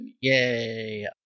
yay